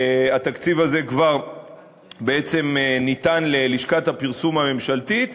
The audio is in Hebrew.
התקציב הזה בעצם כבר ניתן ללשכת הפרסום הממשלתית,